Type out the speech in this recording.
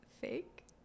Fake